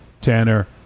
Tanner